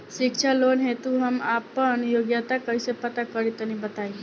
शिक्षा लोन हेतु हम आपन योग्यता कइसे पता करि तनि बताई?